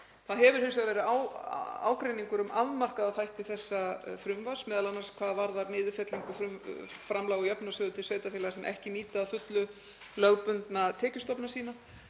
Það hefur hins vegar verið ágreiningur um afmarkaða þætti þessa frumvarps, m.a. hvað varðar niðurfellingu framlaga úr jöfnunarsjóði til sveitarfélaga sem ekki nýta að fullu lögbundna tekjustofna sína.